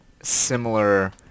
similar